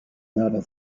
mörder